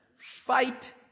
fight